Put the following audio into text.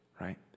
right